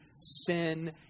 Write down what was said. sin